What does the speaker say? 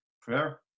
Fair